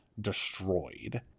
destroyed